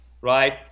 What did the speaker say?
right